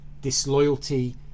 disloyalty